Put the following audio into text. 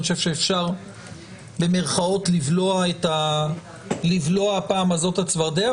אני חושב שאפשר במירכאות "לבלוע" הפעם הזאת את הצפרדע.